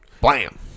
Blam